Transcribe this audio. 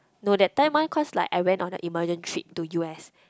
no that time one cause like I went on an emergent trip to U_S